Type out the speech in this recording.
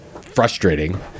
frustrating